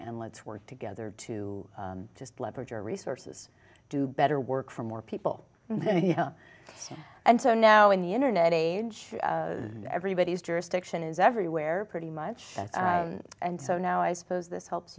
and let's work together to just leverage our resources do better work for more people well and so now in the internet age everybody's jurisdiction is everywhere pretty much and so now i suppose this helps